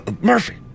Murphy